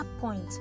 point